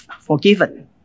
forgiven